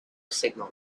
signal